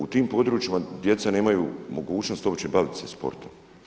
U tim područjima djeca nemaju mogućnost uopće bavit se sportom.